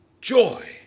joy